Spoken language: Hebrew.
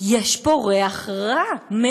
יש פה ריח רע מאוד.